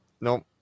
Nope